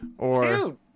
Dude